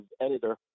editor